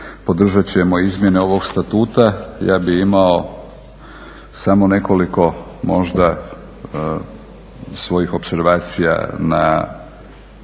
podržat ćemo i izmjene ovog statuta. Ja bih imao samo nekoliko možda svojih opservacija na